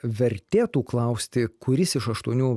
vertėtų klausti kuris iš aštuonių